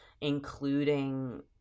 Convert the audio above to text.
including